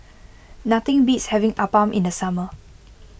nothing beats having Appam in the summer